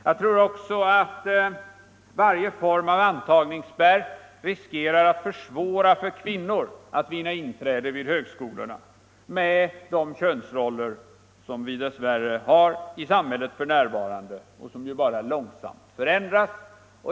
Jag tror också att varje form av antagningsspärr riskerar att försvåra för kvinnor att vinna inträde vid högskolorna med tanke på de könsroller som vi nu dess värre har i samhället och som ju endast långsamt förändras.